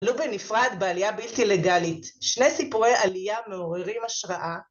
לובי נפרד בעלייה בלתי לגאלית, שני סיפורי עלייה מעוררים השראה.